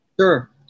Sure